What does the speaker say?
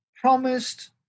promised